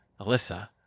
Alyssa